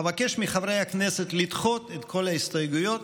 אבקש מחברי הכנסת לדחות את כל ההסתייגויות